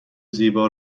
زیبا